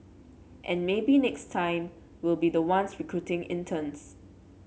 and maybe next time we'll be the ones recruiting interns